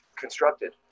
constructed